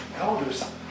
elders